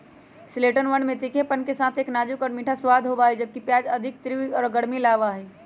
शैलोट्सवन में तीखेपन के साथ एक नाजुक और मीठा स्वाद होबा हई, जबकि प्याज अधिक तीव्र गर्मी लाबा हई